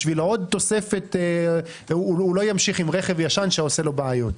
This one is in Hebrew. בשביל עוד תוספת הוא לא ימשיך עם רכב ישן שעושה לו בעיות.